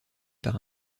par